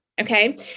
Okay